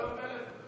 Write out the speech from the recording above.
הוא בפלאפון.